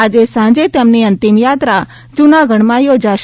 આજે સાંજે તેમની અંતિમ યાત્રા જૂનાગઢમાં યોજાશે